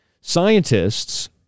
Scientists